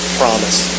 promise